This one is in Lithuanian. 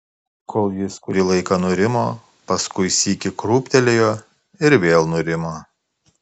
kol jis kurį laiką nurimo paskui sykį krūptelėjo ir vėl nurimo